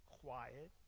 quiet